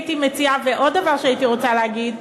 ועוד דבר שאני רוצה להגיד,